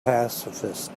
pacifist